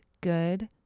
good